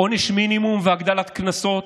עונש מינימום והגדלת קנסות,